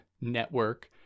network